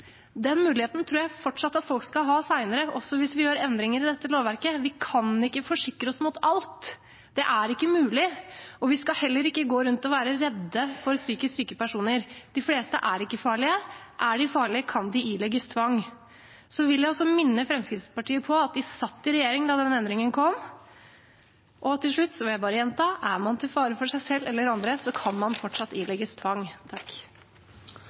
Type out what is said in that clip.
muligheten til f.eks. å være ute på permisjon tror jeg fortsatt folk skal ha senere også, hvis vi gjør endringer i dette lovverket. Vi kan ikke forsikre oss mot alt. Det er ikke mulig. Vi skal heller ikke gå rundt og være redde for psykisk syke personer. De fleste er ikke farlige. Er de farlige, kan de ilegges tvang. Så vil jeg også minne Fremskrittspartiet på at de satt i regjering da den endringen kom. Og til slutt vil jeg bare gjenta: Er man til fare for seg selv eller andre, kan man fortsatt ilegges tvang.